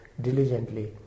diligently